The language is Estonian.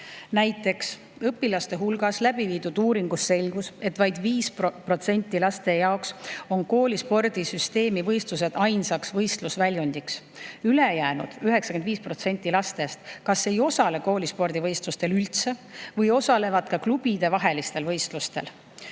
Õpilaste hulgas läbiviidud uuringust selgus, et vaid 5% laste jaoks on koolispordisüsteemi võistlused ainsaks võistlusväljundiks. Ülejäänud 95% lastest kas ei osale koolispordivõistlustel üldse või osalevad ka klubidevahelistel võistlustel.